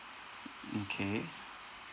mm K